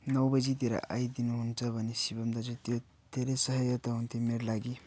नौ बजितिर आइदिनु हुन्छ भने सिभम् दाजु धेरै सहायता हुन्थ्यो मेरो लागि